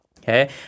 Okay